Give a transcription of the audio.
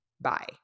bye